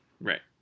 Right